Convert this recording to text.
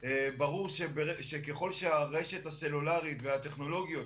ברור שככל שהרשת הסלולרית והטכנולוגיות